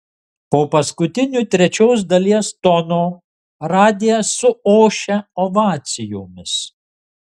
po paskutinio trečios dalies tono radijas suošia ovacijomis